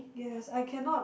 yes I cannot